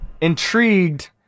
intrigued